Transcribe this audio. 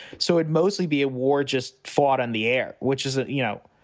so it mostly be a war just fought on the air, which is, ah you know,